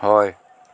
হয়